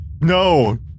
No